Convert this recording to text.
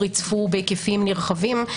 ריצפו בהיקפים נרחבים,